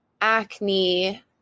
acne